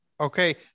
Okay